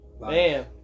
Man